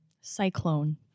cyclone